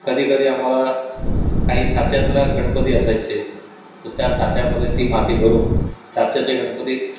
कधीकधी आम्हाला काही साच्यातला गणपती असायचे तर त्या साच्यामध्ये ती माती भरून साच्याचे गणपती